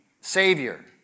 Savior